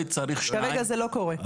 כרגע זה לא קורה.